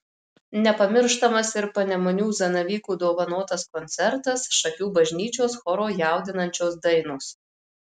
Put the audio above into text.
nepamirštamas ir panemunių zanavykų dovanotas koncertas šakių bažnyčios choro jaudinančios dainos